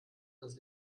das